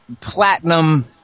platinum